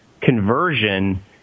conversion